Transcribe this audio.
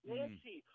Nancy